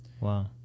Wow